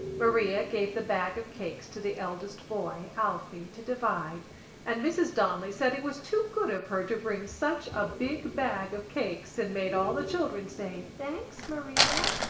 maria gave the bag of cakes to the eldest boy, alphy, to divide and mrs. donnelly said it was too good of her to bring such a big bag of cakes and made all the children say thanks, maria.